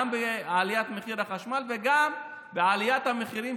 גם בעליית מחירי החשמל וגם בעליית המחירים